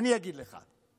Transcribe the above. אני אגיד לך: